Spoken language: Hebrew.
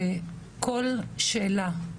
שכל שאלה,